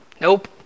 Nope